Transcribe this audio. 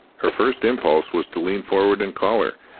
her first impulse was to lean forward and call her,